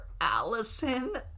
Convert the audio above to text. Allison